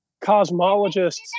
cosmologists